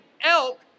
elk